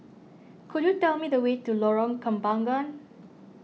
could you tell me the way to Lorong Kembangan